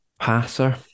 passer